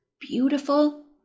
beautiful